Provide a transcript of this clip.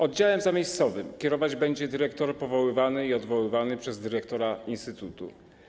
Oddziałem zamiejscowym kierować będzie dyrektor powoływany i odwoływany przez dyrektora instytutu.